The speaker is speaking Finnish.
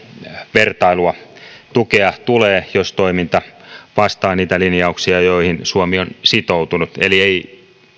vertailua tukea tulee jos toiminta vastaa niitä linjauksia joihin suomi on sitoutunut eli ei